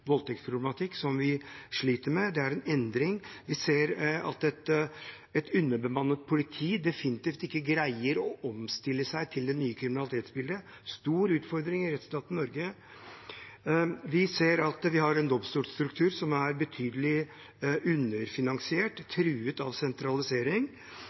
voldtektsproblematikk. Det er en endring. Vi ser at et underbemannet politi definitivt ikke greier å omstille seg til det nye kriminalitetsbildet. Det er en stor utfordring i rettsstaten Norge. Vi ser at vi har en domstolstruktur i Norge som er betydelig underfinansiert